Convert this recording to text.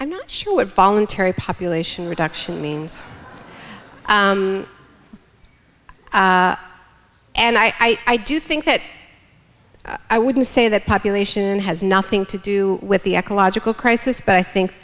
i'm not sure voluntary population reduction means and i i do think that i wouldn't say that population has nothing to do with the ecological crisis but i think